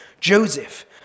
Joseph